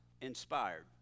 inspired